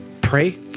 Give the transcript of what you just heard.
pray